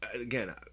again